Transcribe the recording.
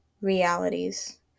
realities